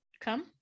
come